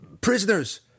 Prisoners